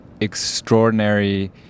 extraordinary